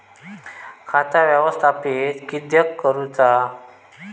खाता व्यवस्थापित किद्यक करुचा?